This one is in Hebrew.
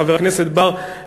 חבר הכנסת בר,